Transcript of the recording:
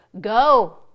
Go